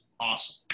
awesome